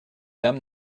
dame